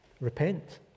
repent